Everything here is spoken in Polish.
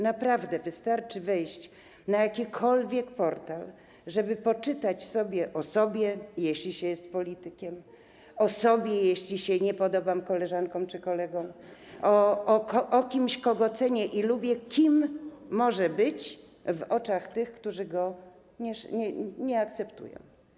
Naprawdę wystarczy wejść na jakikolwiek portal, żeby poczytać o sobie, jeśli się jest politykiem, o sobie, jeśli się nie podobam koleżankom czy kolegom, o kimś, kogo cenię i lubię - kim może być w oczach tych, którzy go nie akceptują.